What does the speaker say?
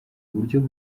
uburyo